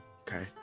Okay